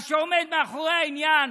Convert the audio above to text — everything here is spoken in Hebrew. מה שעומד מאחורי העניין,